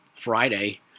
Friday